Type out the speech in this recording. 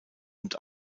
und